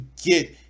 get